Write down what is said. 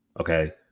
Okay